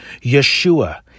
Yeshua